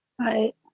right